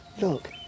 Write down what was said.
Look